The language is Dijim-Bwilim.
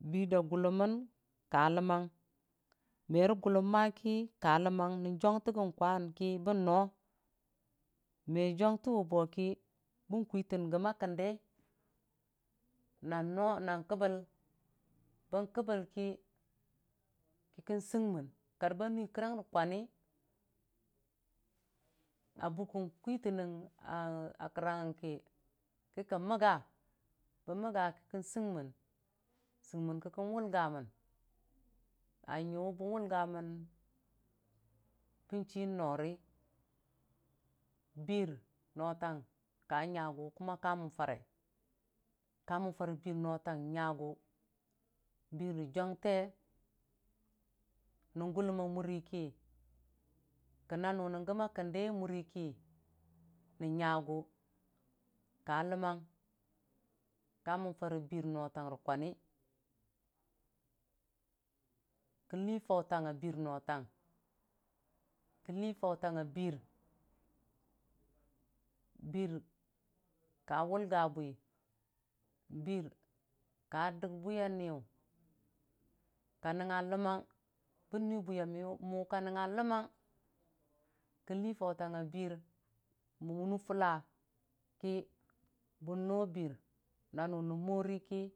Bir daagulə mən kalommang me ri kuləm nən jwangte kon kwanki bonno me jeutewe bo ki bon kwitən gəmaa kəndai nan no nan kəbal bon kəbəl ki koko sekmon ka ba nui kərang ro kwan a bwən kwitannan a karangngi ki kikən məgga bən məgga kikən sok mon sokmon kə kən wʊlga mən a nyu bon wʊlga mon bon chi nori bir tang kanyagʊ kamon fare, kamon fare bir notang nya bir ro jeute non gʊlum a muri ki kon nan non kəmiiya kondai a muriki nən nyagʊ ka lammang ki mən fare bir a notang ro kwan kon lii fautangnga bir notang kən lii fautangnga bir bir ka wʊlga bwi, bir ka dək bwiya niyʊ ka nəngnga ləmmang bən nui bwimiyʊ mʊka nəngnga ləmmang kən lii faurangnga bir nəngnwune fullaki bən no bir